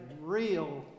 real